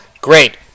great